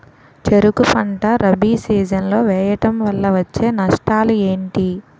చెరుకు పంట రబీ సీజన్ లో వేయటం వల్ల వచ్చే నష్టాలు ఏంటి?